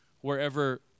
wherever